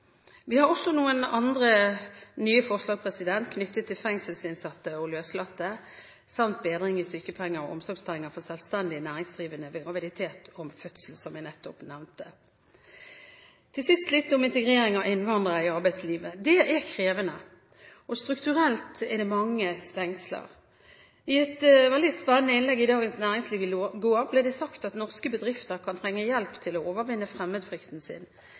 Vi har også noen andre nye forslag knyttet til fengselsinnsatte og løslatte, samt bedring i sykepenger og omsorgspenger for selvstendig næringsdrivende ved graviditet og fødsel, som jeg nettopp nevnte. Til sist litt om integrering av innvandrere i arbeidslivet: Det er krevende, og strukturelt er det mange stengsler. I et veldig spennende innlegg i Dagens Næringsliv i går ble det sagt at norske bedrifter kan trenge hjelp til å overvinne fremmedfrykten sin.